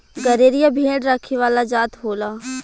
गरेरिया भेड़ रखे वाला जात होला